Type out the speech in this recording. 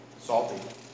salty